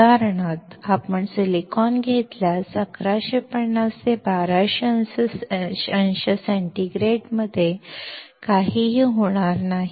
उदाहरणार्थ आपण सिलिकॉन घेतल्यास 1150 ते 1200 अंश सेंटीग्रेडमध्ये काहीही होणार नाही